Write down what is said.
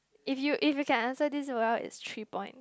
if you if you can answer this well it's three points